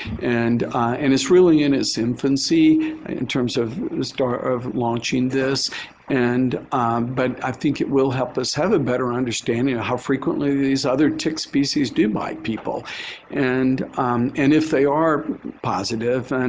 and and it's really in its infancy in terms of the start of launching this and but i think it will help us have a better understanding of how frequently these other tick species do bite people and and if they are positive and